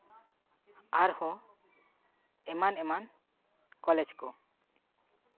ᱟᱨᱦᱚᱸ ᱮᱢᱟᱱ ᱮᱢᱟᱱ ᱠᱚᱞᱮᱡᱽ ᱠᱚ